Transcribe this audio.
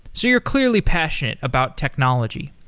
so you're clearly passionate about technology.